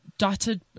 dotted